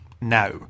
now